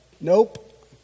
Nope